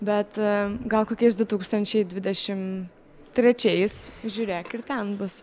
bet gal kokiais du tūkstančiai dvidešim trečiais žiūrėk ir ten bus